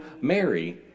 Mary